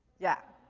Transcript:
yeah.